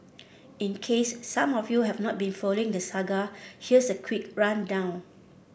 in case some of you haven not been following the saga here's a quick rundown